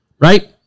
right